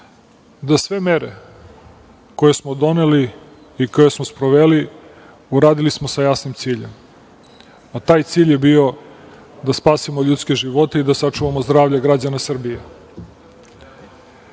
da sve mere koje smo doneli i koje smo sproveli, uradili smo sa jasnim ciljem, a taj cilj je bio da spasimo ljudske živote i da sačuvamo zdravlje građana Srbije.